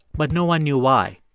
but no one knew why.